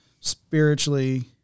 spiritually